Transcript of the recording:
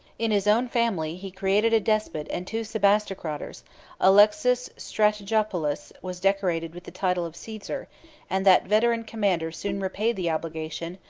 in his own family he created a despot and two sebastocrators alexius strategopulus was decorated with the title of caesar and that veteran commander soon repaid the obligation,